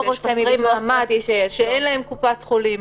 יש חסרי מעמד שאין להם קופת חולים,